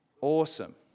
Awesome